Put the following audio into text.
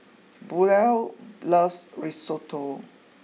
Buell loves Risotto